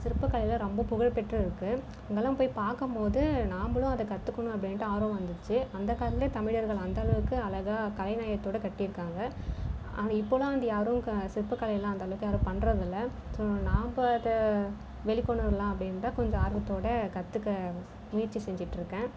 சிற்பக் கலையில் ரொம்ப புகழ்பெற்று இருக்குது அங்கேலாம் போய் பார்க்கும் போது நாமளும் அதை கற்றுக்கணும் அப்படின்ட்டு ஆர்வம் வந்துச்சு அந்தக் காலத்துலேயே தமிழர்கள் அந்தளவுக்கு அழகாக கலைநயத்தோட கட்டியிருக்காங்க ஆனால் இப்போலாம் வந்து யாரும் க சிற்பக் கலையெல்லாம் அந்த அளவுக்கு யாரும் பண்றது இல்லை ஸோ நம்ப அதை வெளிக்கொணரலாம் அப்படினு தான் கொஞ்சம் ஆர்வத்தோடு கற்றுக்க முயற்சி செஞ்சுட்டு இருக்கேன்